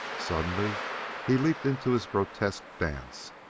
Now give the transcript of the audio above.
suddenly he leaped into his grotesque dance,